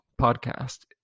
podcast